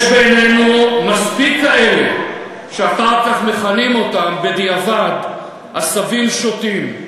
יש בינינו מספיק כאלה שאחר כך מכנים אותם בדיעבד: עשבים שוטים.